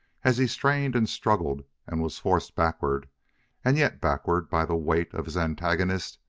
as he strained and struggled and was forced backward and yet backward by the weight of his antagonist,